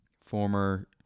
former